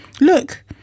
Look